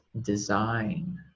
design